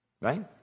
Right